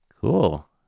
Cool